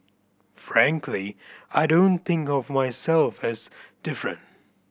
frankly I don't think of myself as different